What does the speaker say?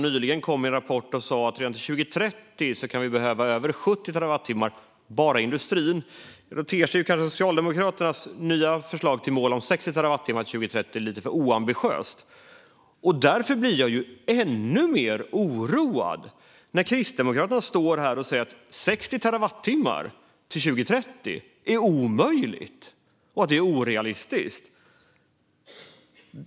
Nyligen kom en rapport om att bara industrin kan behöva över 70 terawattimmar 2030, och då ter sig Socialdemokraternas nya mål om 60 terawattimmar till 2030 som lite oambitiöst. Men jag blir ännu mer oroad när Kristdemokraterna säger att 60 terawattimmar till 2030 är orealistiskt och omöjligt.